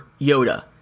Yoda